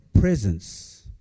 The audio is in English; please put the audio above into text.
presence